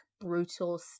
brutal